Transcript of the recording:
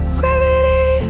gravity